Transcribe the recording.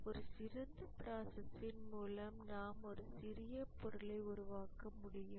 ஒரு சிறந்த ப்ராசஸ்ஸின் மூலம் நாம் ஒரு சிறந்த பொருளை உருவாக்க முடியும்